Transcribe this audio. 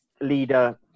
leader